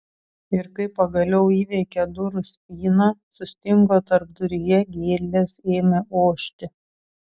ir kai pagaliau įveikė durų spyną sustingo tarpduryje gėlės ėmė ošti